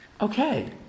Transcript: okay